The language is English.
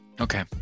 okay